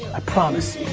i promise you.